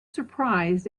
surprised